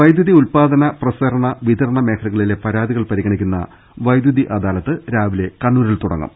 വൈദ്യുതി ഉത്പാദന പ്രസരണ വിതരണ മേഖലകളിലെ പരാതികൾ പരിഗണിക്കുന്ന വൈദ്യുതി അദാലത്ത് രാവിലെ ക്ണ്ണൂരിൽ തുടങ്ങും